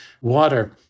water